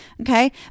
Okay